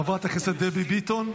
חברת הכנסת דבי ביטון,